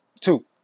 Two